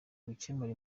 gukemura